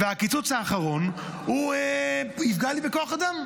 והקיצוץ האחרון יפגע לי בכוח אדם.